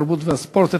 התרבות והספורט,